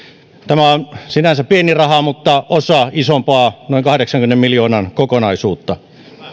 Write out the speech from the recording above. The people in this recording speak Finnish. tämä on sinänsä pieni raha mutta osa isompaa noin kahdeksankymmenen miljoonan kokonaisuutta